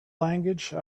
language